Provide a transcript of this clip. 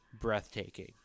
breathtaking